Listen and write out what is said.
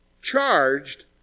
charged